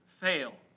fail